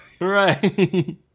Right